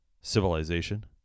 civilization